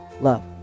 Love